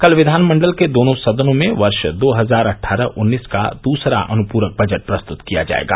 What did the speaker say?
कल विधानमंडल के दोनों सदनों में वर्ष दो हजार अट्ठारह उन्नीस का दूसरा अनुप्रक बजट प्रस्तुत किया जायेगा